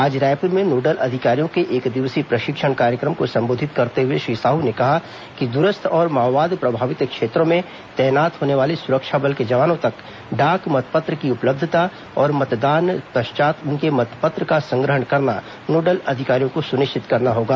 आज रायपुर में नोडल अधिकारियों के एक दिवसीय प्रशिक्षण कार्यक्रम को संबोधित करते हुए श्री साह ने कहा कि दूरस्थ और माओवाद प्रभावित क्षेत्रों में तैनात होने वाले सुरक्षा बल के जवानों तक डाक मतपत्र की उपलब्धता और मतदान पश्चात उनके मतपत्र का संग्रहण करना नोडल अधिकारियों को सुनिश्चित करना होगा